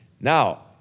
Now